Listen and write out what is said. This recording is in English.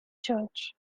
church